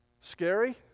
scary